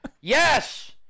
Yes